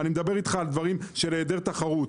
אני מדבר איתך על דברים של היעדר תחרות,